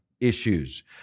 issues